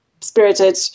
spirited